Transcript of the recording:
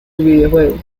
videojuegos